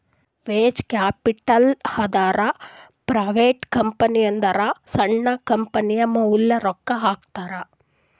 venture capital ಅಂದುರ್ private ಕಂಪನಿದವ್ರು ಸಣ್ಣು ಕಂಪನಿಯ ಮ್ಯಾಲ ರೊಕ್ಕಾ ಹಾಕ್ತಾರ್